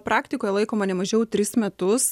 praktikoje laikoma ne mažiau tris metus